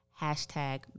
Hashtag